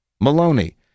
Maloney